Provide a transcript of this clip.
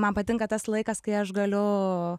man patinka tas laikas kai aš galiu